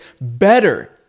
better